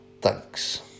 Thanks